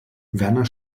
werner